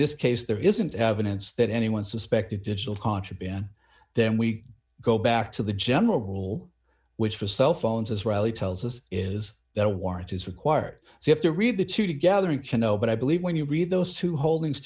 this case there isn't evidence that anyone suspected digital contraband then we go back to the general rule which for cell phones us really tells us is that warrant is required you have to read the two together you can know but i believe when you read those who holdings